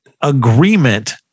agreement